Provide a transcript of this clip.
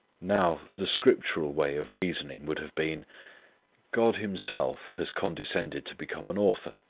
now the scriptural way of reasoning would have been god himself has condescended to become an author,